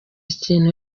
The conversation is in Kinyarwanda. ikintu